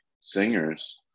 singers